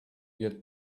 get